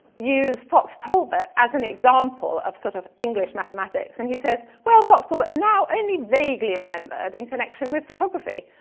used fox talbert as an example of sort of english mathematics. and he says well fox talbot but now only vaguely remembered in connection with photography.